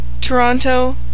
Toronto